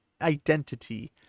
identity